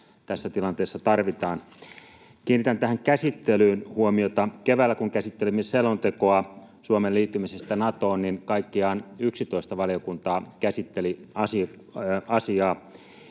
tässä tilanteessa tarvitaan. Kiinnitän tähän käsittelyyn huomiota: Keväällä kun käsittelimme selontekoa Suomen liittymisestä Natoon, niin kaikkiaan 11 valiokuntaa käsitteli asiaa,